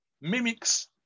mimics